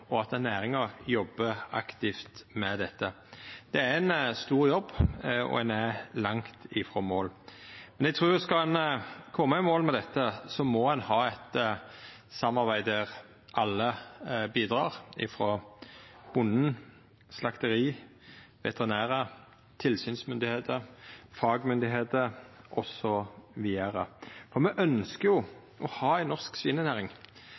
og at næringa jobbar aktivt med dette. Det er ein stor jobb, og ein er langt frå i mål. Eg trur at skal ein koma i mål med dette, må ein ha eit samarbeid der alle bidrar: bonden, slakteriet, veterinærar, tilsynsmyndigheiter, fagmyndigheiter osv., for me ønskjer jo å ha ei norsk svinenæring.